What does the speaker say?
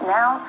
now